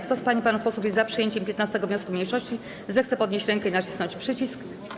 Kto z pań i panów posłów jest za przyjęciem 15. wniosku mniejszości, zechce podnieść rękę i nacisnąć przycisk.